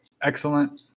Excellent